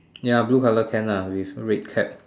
ya blue colour can lah with red cap